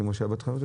כמו שהיה בתוכנית,